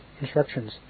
instructions